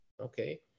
okay